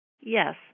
Yes